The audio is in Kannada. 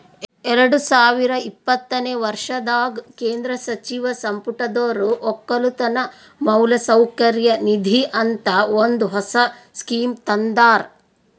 ಎರಡು ಸಾವಿರ ಇಪ್ಪತ್ತನೆ ವರ್ಷದಾಗ್ ಕೇಂದ್ರ ಸಚಿವ ಸಂಪುಟದೊರು ಒಕ್ಕಲತನ ಮೌಲಸೌಕರ್ಯ ನಿಧಿ ಅಂತ ಒಂದ್ ಹೊಸ ಸ್ಕೀಮ್ ತಂದಾರ್